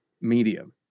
medium